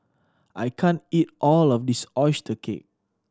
I can't eat all of this oyster cake